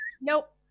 Nope